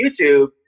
YouTube